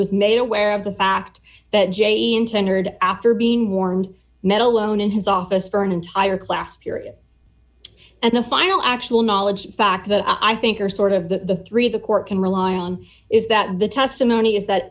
was made aware of the fact that j t in tendered after being warned met alone in his office for an entire class period and the final actual knowledge fact that i think are sort of the three the court can rely on is that the testimony is that